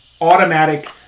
automatic